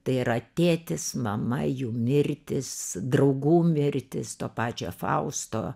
tai yra tėtis mama jų mirtys draugų mirtys to pačio fausto